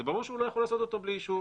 זה ברור שהוא לא יכול לעשות אותו בלי אישור.